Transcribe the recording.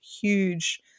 huge